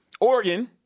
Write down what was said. Oregon